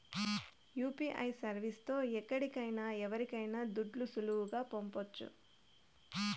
UPI service తో ఎక్కడికైనా ఎవరికైనా దుడ్లు సులువుగా పంపొచ్చు